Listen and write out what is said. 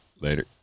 later